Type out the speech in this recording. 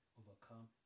overcome